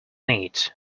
need